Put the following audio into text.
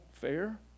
Fair